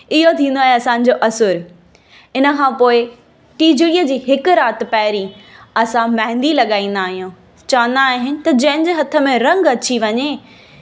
इहो थींदो आहे असांजो असुरु इन खां पोइ टीजड़ीअ जी हिकु राति पहिरीं असां महेंदी लॻाईंदा आहियूं चवंदा आहिनि त जंहिं जे हथ में रंगु अची वञे